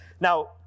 Now